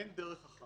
אין דרך אחת,